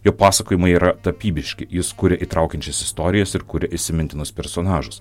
jo pasakojimai yra tapybiški jis kuria įtraukiančias istorijas ir kuria įsimintinus personažus